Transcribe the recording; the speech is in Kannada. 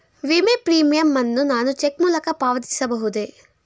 ವಿಮೆ ಪ್ರೀಮಿಯಂ ಅನ್ನು ನಾನು ಚೆಕ್ ಮೂಲಕ ಪಾವತಿಸಬಹುದೇ?